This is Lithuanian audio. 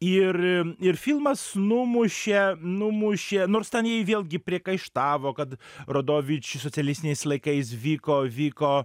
ir ir filmas numušė numušė nors ten jį vėlgi priekaištavo kad rodovič socialistiniais laikais vyko vyko